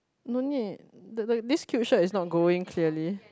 no need the the this cute shirt is not going clearly